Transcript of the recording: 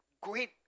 great